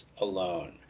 alone